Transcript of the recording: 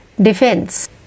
defense